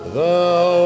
thou